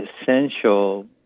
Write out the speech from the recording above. essential